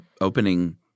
opening